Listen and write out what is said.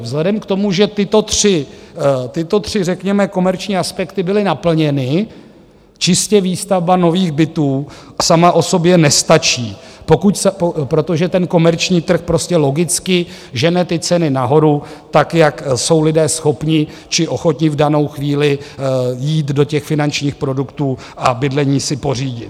Vzhledem k tomu, že tyto tři, řekněme, komerční aspekty byly naplněny, čistě výstavba nových bytů sama o sobě nestačí, protože ten komerční trh prostě logicky žene ty ceny nahoru, tak jak jsou lidé schopni či ochotni v danou chvíli jít do těch finančních produktů a bydlení si pořídit.